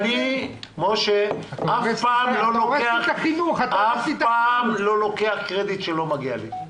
אני אף פעם לא לוקח קרדיט שלא מגיע לי.